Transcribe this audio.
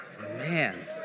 Man